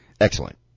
Excellent